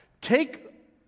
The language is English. take